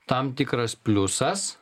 tam tikras pliusas